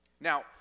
Now